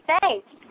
Thanks